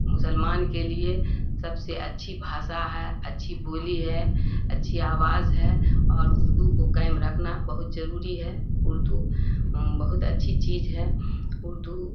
مسلمان کے لیے سب سے اچھی بھاشا ہے اچھی بولی ہے اچھی آواز ہے اور اردو کو قائم رکھنا بہت ضروری ہے اردو بہت اچھی چیز ہے اردو